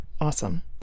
Awesome